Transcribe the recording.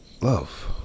love